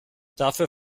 dafür